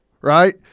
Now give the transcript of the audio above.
right